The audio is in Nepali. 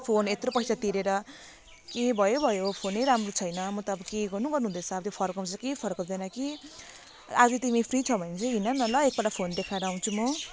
फोन यत्रो पैसा तिरेर के भयो भयो फोनै राम्रो छैन म त अब के गर्नु गर्नु हुँदैछ अब फर्काउँछ कि फर्काउँदैन कि आज तिमी फ्री छ भने चाहिँ हिँड न ल एक पल्ट फोन देखाएर आउँछु म